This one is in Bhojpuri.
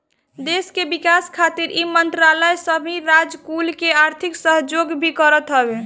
देस के विकास खातिर इ मंत्रालय सबही राज कुल के आर्थिक सहयोग भी करत हवे